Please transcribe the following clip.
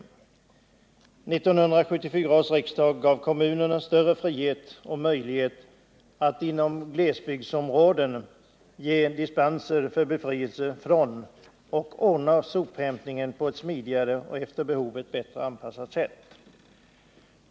1974 års riksdag gav kommunerna större frihet att inom glesbygdsområden ordna sophämtningen på ett smidigare och efter behovet bättre anpassat sätt.